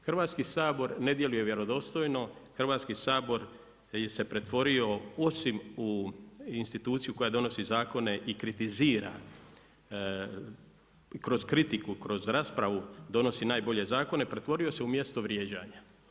Hrvatski sabor ne djeluje vjerodostojno, Hrvatski sabor se pretvorio osim u instituciju koja donosi zakone i kritizira kroz kritiku, kroz raspravu donosi najbolje zakone, pretvorio se u mjesto vrijeđanja.